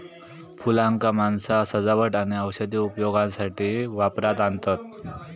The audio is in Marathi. फुलांका माणसा सजावट आणि औषधी उपयोगासाठी वापरात आणतत